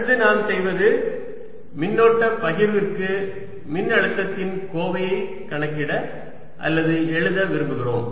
அடுத்து நாம் செய்வது மின்னோட்ட பகிர்விற்கு மின்னழுத்தத்தின் கோவையை கணக்கிட அல்லது எழுத விரும்புகிறோம்